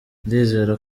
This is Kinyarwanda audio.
ndizera